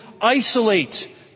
isolate